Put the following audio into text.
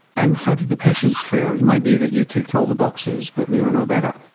and how did the patients fare? it might be that you ticked all the boxes but they were no better.